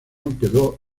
quedó